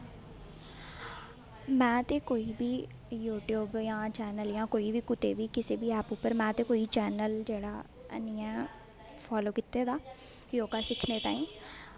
में ते कोई बी यूटयूब जां चैनल जां कुतै बी किसे बी ऐप उप्पर में ते कोई चैनल जेह्ड़ा हैनी ऐ फालो कीते दा योग सिक्खने ताईं